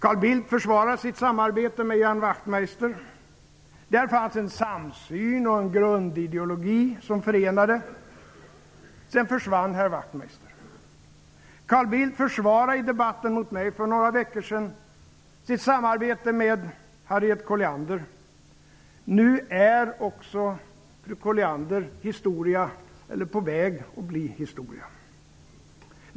Carl Bildt försvarade sitt samarbete med Ian Wachtmeister. Där fanns en samsyn och en grundideologi som förenade. Sedan försvann herr Wachtmeister. Carl Bildt försvarade i debatten mot mig för några veckor sedan sitt samarbete med Harriet Colliander. Nu är också fru Colliander historia -- eller är på väg att bli historia.